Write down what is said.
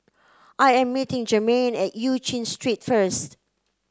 I am meeting Jermain at Eu Chin Street first